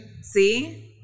See